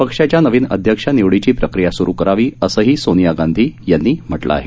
पक्षाच्या नवीन अध्यक्ष निवडीची प्रक्रिया सुरू करावी असंही सोनिया गांधी यांनी म्हटलं आहे